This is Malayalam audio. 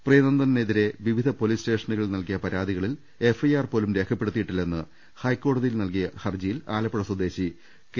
പ്രിയനന്ദനെതിരെ വിവിധ പൊലീസ് സ്റ്റേഷനുകളിൽ നൽകിയ പരാതികളിൽ എഫ്ഐആർ പോലും രേഖപ്പെടുത്തിയിട്ടില്ലെന്ന് ഹൈക്കോടതിയിൽ നൽകിയ ഹർജിയിൽ ആലപ്പുഴ സ്വദേശി കെ